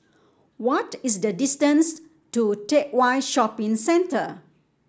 what is the distance to Teck Whye Shopping Centre